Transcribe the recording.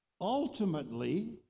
ultimately